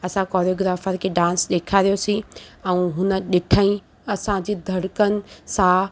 असां कोरियोग्राफर खे डांस ॾेखारियोसीं ऐं हुन ॾिठईं असांजी धड़कन साहु